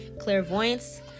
Clairvoyance